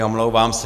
Omlouvám se.